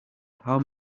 how